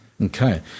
Okay